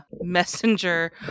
messenger